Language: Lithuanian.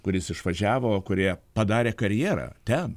kuris išvažiavo kurie padarė karjerą ten